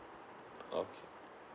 okay